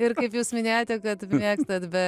ir kaip jūs minėjote kad mėgstat be